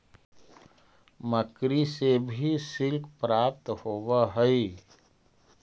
मकड़ि से भी सिल्क प्राप्त होवऽ हई